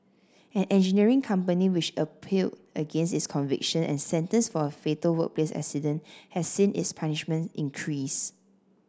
an engineering company which appeal against its conviction and sentence for a fatal workplace accident has seen its punishment increased